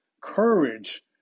courage